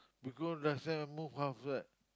because last time I more comfort